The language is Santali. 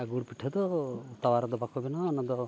ᱜᱩᱲ ᱯᱤᱴᱷᱟᱹ ᱫᱚ ᱛᱟᱣᱟ ᱨᱮᱫᱚ ᱵᱟᱠᱚ ᱵᱮᱱᱟᱣᱟ ᱚᱱᱟ ᱫᱚ